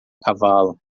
cavalo